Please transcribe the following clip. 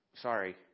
sorry